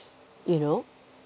you know